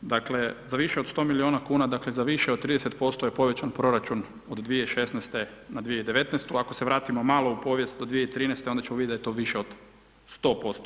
dakle za više od sto milijuna kuna, dakle, za više od 30% je povećan proračun od 2016. na 2019. ako se vratimo malo u povijest u 2013. onda ćemo vidjeti da je to više od 100%